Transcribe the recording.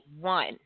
one